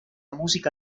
música